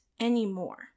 anymore